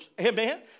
Amen